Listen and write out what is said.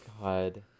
God